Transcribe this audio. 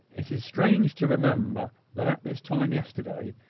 it seems strange to remember that at this time yesterday,